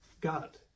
God